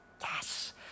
Yes